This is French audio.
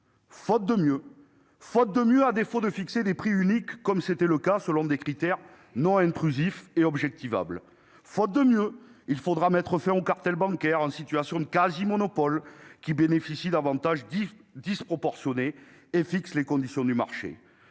faute de mieux, c'est-à-dire à défaut de pouvoir fixer des prix uniques, comme c'était le cas auparavant, selon des critères non intrusifs et objectivables. Faute de mieux, il faudra mettre fin au cartel bancaire en situation de quasi-monopole, qui bénéficie d'avantages disproportionnés et fixe les conditions du marché.